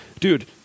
dude